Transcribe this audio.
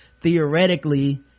theoretically